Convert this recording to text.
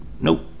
nope